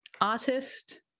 artist